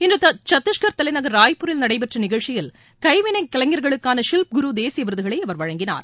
இன்று சத்திஷ்கர் தலைநகர் ராய்பூரில் நடைபெற்ற நிகழ்ச்சியில் கைவினைக் கலைஞர்களுக்கான ஷில்ப் குரு தேசிய விருதுகளை அவர் வழங்கினார்